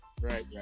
right